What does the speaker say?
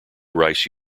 rice